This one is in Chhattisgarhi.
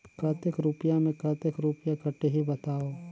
कतेक रुपिया मे कतेक रुपिया कटही बताव?